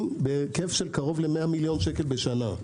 בהיקף של קרוב ל-100 מיליון שקל בשנה.